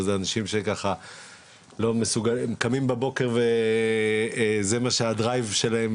שזה אנשים שקמים בבוקר וזה הדרייב שלהם,